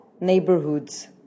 neighborhoods